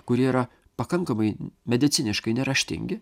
kurie yra pakankamai mediciniškai neraštingi